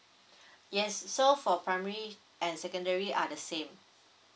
yes so for primary and secondary are the same